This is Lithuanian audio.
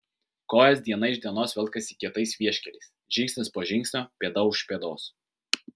kojos diena iš dienos velkasi kietais vieškeliais žingsnis po žingsnio pėda už pėdos